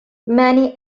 many